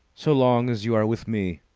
so long as you are with me!